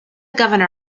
governor